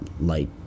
light